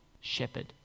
shepherd